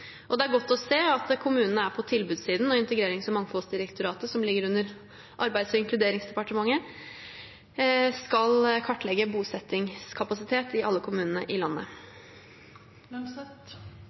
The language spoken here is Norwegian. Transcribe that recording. Det er godt å se at kommunene er på tilbudssiden, og Integrerings- og mangfoldsdirektoratet, som ligger under Arbeids- og inkluderingsdepartementet, skal kartlegge bosettingskapasitet i alle kommunene i landet.